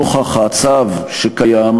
נוכח הצו שקיים,